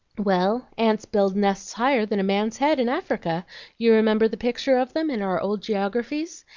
well, ants build nests higher than a man's head in africa you remember the picture of them in our old geographies?